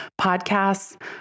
podcasts